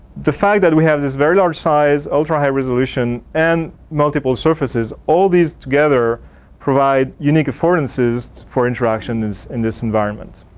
the fact that we have this very large size, ultra high resolution, and multiple surfaces all these together provide unique performances for interaction in this environment